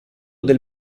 del